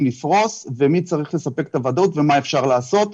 לפרוס ומי צריך לספק את הוודאות ומה אפשר לעשות.